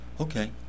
Okay